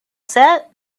set